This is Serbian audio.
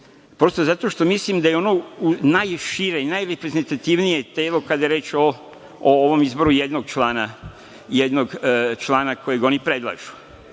prosto zato što misli da je ono najšire i najreprezentativnije telo kada je reč o ovom izboru jednog člana kojeg oni predlažu.